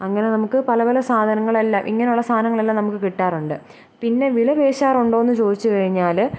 അങ്ങനെ നമുക്ക് പല പല സാധനങ്ങളെല്ലാം ഇങ്ങനെയുള്ള സാധനങ്ങളെല്ലാം നമുക്ക് കിട്ടാറുണ്ട് പിന്നെ വില പേശാറുണ്ടോ എന്ന് ചോദിച്ചു കഴിഞ്ഞാൽ